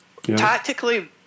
Tactically